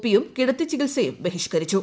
P യും ് കൂട്ടത്തി ചികിത്സയും ബഹിഷ്കരിച്ചു